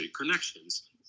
connections